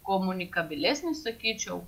komunikabilesnis sakyčiau